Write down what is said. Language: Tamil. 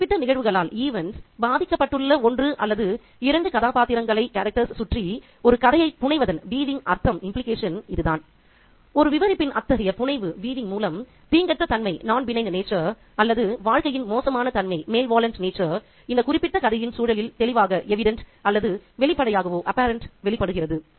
ஒரு குறிப்பிட்ட நிகழ்வுகளால் பாதிக்கப்பட்டுள்ள ஒன்று அல்லது இரண்டு கதாபாத்திரங்களைச் சுற்றி ஒரு கதையை புனைவதன் அர்த்தம் இது தான் ஒரு விவரிப்பின் அத்தகைய புனைவு மூலம் தீங்கற்ற தன்மை அல்லது வாழ்க்கையின் மோசமான தன்மை இந்த குறிப்பிட்ட கதையின் சூழலில் தெளிவாகவோ அல்லது வெளிப்படையாகவோ வெளிப்படுகிறது